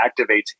activates